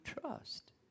trust